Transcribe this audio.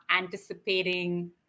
anticipating